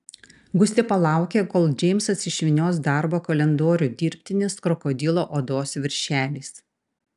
gustė palaukė kol džeimsas išvynios darbo kalendorių dirbtinės krokodilo odos viršeliais